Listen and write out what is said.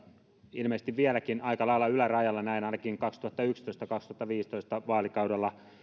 ilmeisesti vieläkin aika lailla ylärajalla näin ainakin vaalikaudella kaksituhattayksitoista viiva kaksituhattaviisitoista